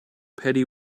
petty